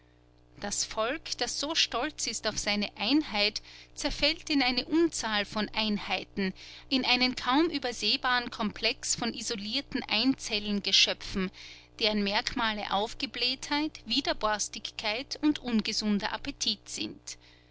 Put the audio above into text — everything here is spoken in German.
das volk das so stolz ist auf seine einheit zerfällt in eine unzahl von einheiten in einen kaum übersehbaren komplex von isolierten einzellengeschöpfen deren merkmale aufgeblähtheit widerborstigkeit und ungesunder appetit sind